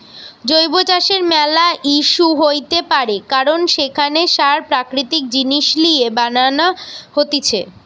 জৈব চাষের ম্যালা ইস্যু হইতে পারে কারণ সেখানে সার প্রাকৃতিক জিনিস লিয়ে বানান হতিছে